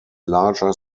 larger